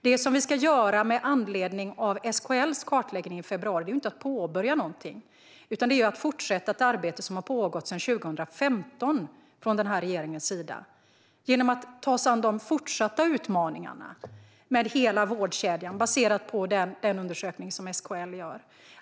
Det som vi ska göra med anledning av SKL:s kartläggning i februari är inte att påbörja någonting, utan det är att fortsätta ett arbete som har pågått sedan 2015 från regeringens sida. Vi ska ta oss an de fortsatta utmaningarna med hela vårdkedjan, baserat på den undersökning som SKL gör.